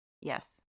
Yes